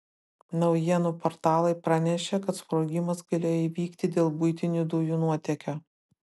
naujienų portalai pranešė kad sprogimas galėjo įvykti dėl buitinių dujų nuotėkio